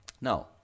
Now